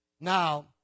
Now